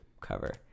cover